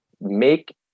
make